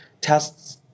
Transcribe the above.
tests